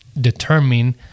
determine